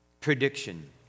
prediction